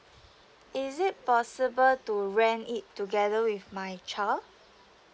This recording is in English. is it possible to rent it together with my child